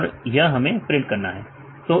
और यह हमें प्रिंट करना है